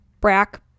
brack